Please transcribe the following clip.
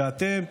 ואתם,